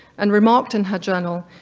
and remarked in her journal,